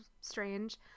strange